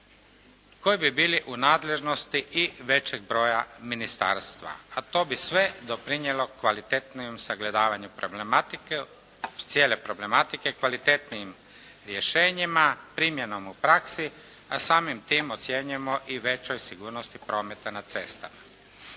koji bi bili u nadležnosti i većeg broja ministarstva, a to bi sve doprinijelo kvalitetnijem sagledavanju cijele problematike kvalitetnijim rješenjima, primjenom u praksi, a samim tim ocjenjujemo i većoj sigurnosti prometa na cestama.